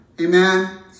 Amen